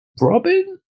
Robin